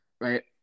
Right